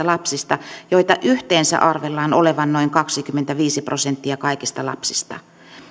lapsista joita yhteensä arvellaan olevan noin kaksikymmentäviisi prosenttia kaikista lapsista